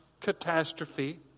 catastrophe